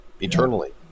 eternally